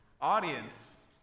Audience